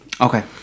okay